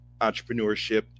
entrepreneurship